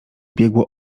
biegło